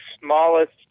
smallest